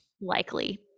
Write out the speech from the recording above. likely